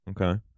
Okay